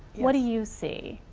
what do you see?